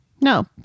no